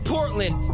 Portland